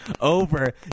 over